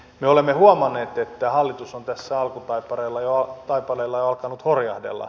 me olemme huomanneet että hallitus on tässä alkutaipaleella jo alkanut horjahdella